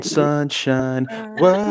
sunshine